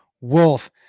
Wolf